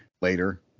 later